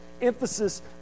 emphasis